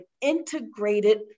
integrated